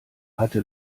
hatte